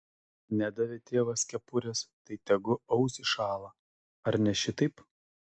nedavė tėvas kepurės tai tegu ausys šąla ar ne šitaip